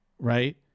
Right